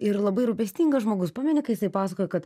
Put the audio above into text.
ir labai rūpestingas žmogus pameni kai jisai pasakojo kad